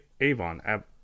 avon